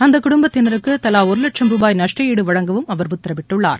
அந்த குடும்பத்தினருக்கு தலா ஒரு லட்சம் ரூபாய் நஷ்டாடு வழங்கவும் அவர் உத்தரவிட்டுள்ளார்